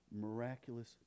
miraculous